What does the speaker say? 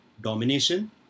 domination